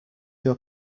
your